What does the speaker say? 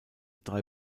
drei